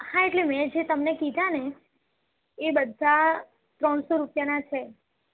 હા એટલે મેં જે તમને કીધા ને એ બધા ત્રણસો રૂપિયાના છે